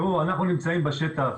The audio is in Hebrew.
אנחנו נמצאים בשטח,